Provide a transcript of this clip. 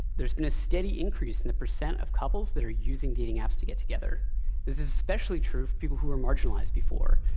there's been a steady increase in the percent of couples that are using dating apps to get together. this is especially true of people who were marginalized before,